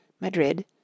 Madrid